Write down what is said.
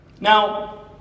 Now